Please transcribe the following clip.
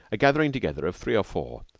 a gathering together of three or four,